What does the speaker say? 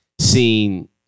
seen